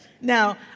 Now